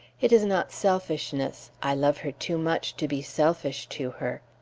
it is not selfishness i love her too much to be selfish to her.